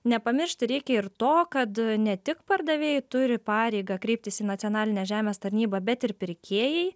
nepamiršti reikia ir to kad ne tik pardavėjai turi pareigą kreiptis į nacionalinę žemės tarnybą bet ir pirkėjai